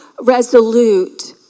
resolute